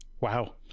Wow